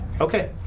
Okay